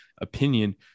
opinion